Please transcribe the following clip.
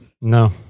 No